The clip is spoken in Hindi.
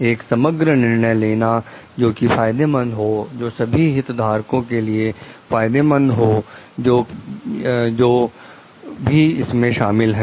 एक समग्र निर्णय लेना जो कि फायदेमंद हो जो सभी हित धारकों के लिए फायदेमंद हो जो भी इसमें शामिल है